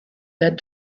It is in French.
date